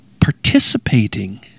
participating